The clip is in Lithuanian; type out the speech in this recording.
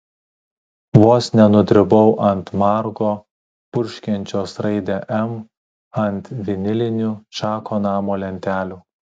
vos nenudribau ant margo purškiančios raidę m ant vinilinių čako namo lentelių